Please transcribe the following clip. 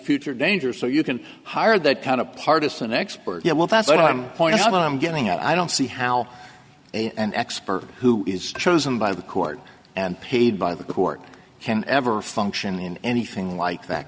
future danger so you can hire that kind of partisan expert yeah well that's what i'm pointing out what i'm getting at i don't see how an expert who is chosen by the court and paid by the court can ever function in anything like that